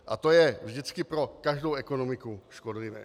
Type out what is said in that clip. A to je vždycky pro každou ekonomiku škodlivé.